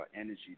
energy